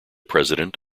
president